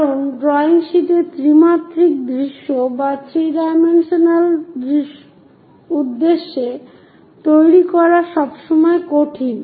কারণ ড্রয়িং শীটে 3 মাত্রিক উদ্দেশ্য তৈরি করা সবসময় কঠিন